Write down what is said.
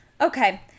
Okay